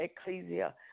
ecclesia